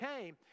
came